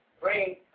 bring